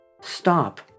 stop